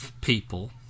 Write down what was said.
people